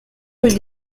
rue